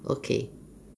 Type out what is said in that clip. okay